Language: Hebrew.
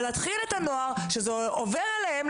וכן להחיל את הנוהל שזה עובר אליהם,